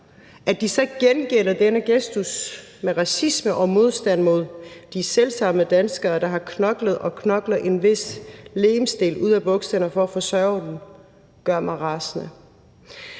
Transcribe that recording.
At de så gengælder denne gestus med racisme og modstand mod de selv samme danskere, der har knoklet og knokler en vis legemsdel ud af bukserne for at forsørge dem, gør mig rasende.